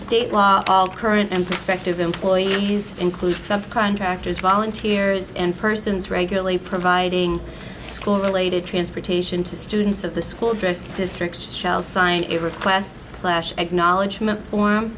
state law all current and prospective employees include some contractors volunteers and persons regularly providing school related transportation to students of the school dress districts shell's sign a request slash acknowledgement